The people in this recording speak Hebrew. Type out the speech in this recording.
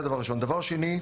הדבר השני: